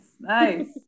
Nice